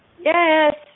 Yes